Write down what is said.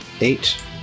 Eight